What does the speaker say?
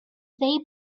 they